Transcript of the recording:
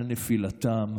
על נפילתם,